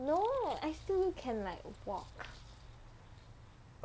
no I still can like walk